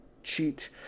cheat